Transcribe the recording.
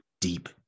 deep